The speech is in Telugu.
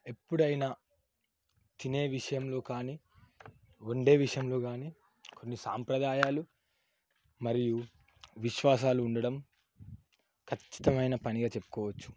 ఎప్పుడైనా తినే విషయంలో కానీ వండే విషయంలో గానీ కొన్ని సాంప్రదాయాలు మరియు విశ్వాసాలు ఉండడం ఖచ్చితమైన పని చెప్పుకోవచ్చు